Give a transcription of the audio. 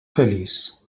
feliç